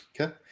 Okay